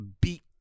beat